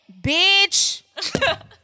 Bitch